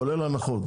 כולל הנחות.